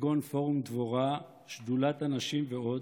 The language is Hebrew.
כגון פורום דבורה, שדולת הנשים ועוד,